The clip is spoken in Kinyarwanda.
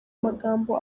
amagambo